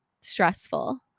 stressful